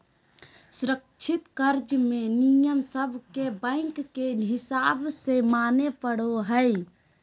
असुरक्षित कर्ज मे नियम सब के बैंक के हिसाब से माने पड़ो हय